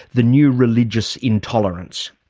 the new religious intolerance.